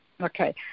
Okay